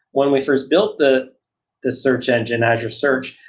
when we first built the the search engine azure search,